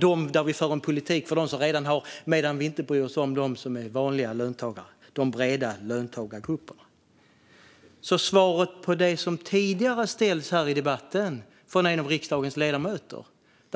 kan inte föra en politik för dem som redan har medan man inte bryr sig om dem som är vanliga löntagare, det vill säga de breda löntagargrupperna. Det ställdes en fråga från en av riksdagens ledamöter här i debatten.